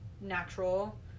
natural